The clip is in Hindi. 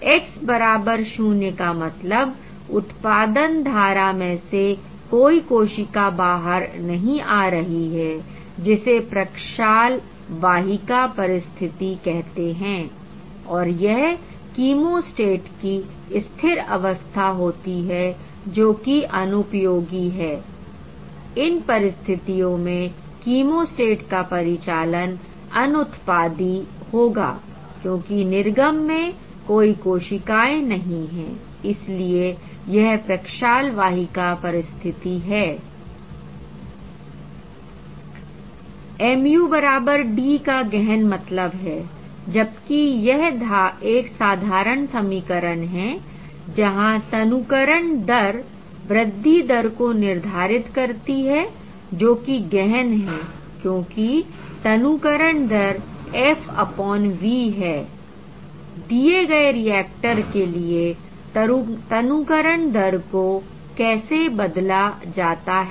X बराबर शून्य का मतलब उत्पादन धारा में से कोई कोशिका बाहर नहीं आ रही हैं जिसे प्रक्षाल वाहिका परिस्थिति कहते हैंI और यह कीमोस्टेट की स्थिर अवस्था होती है जोकि अनुपयोगी है I इन परिस्थितियों में कीमोस्टेट का परिचालन अनूत्पादी होगा क्योंकि निर्गम में कोई कोशिकाएं नहीं है इसीलिए यह प्रक्षाल वाहिका परिस्थिति है I mu बराबर d का गहन मतलब है I जबकि यह एक साधारण समीकरण है जहां तनुकरण दर वृद्धि दर को निर्धारित करती है जोकि गहन है क्योंकि तनुकरण दर FV है I दिए गए रिएक्टर के लिए तनुकरण दर को कैसे बदला जाता है